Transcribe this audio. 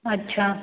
अच्छा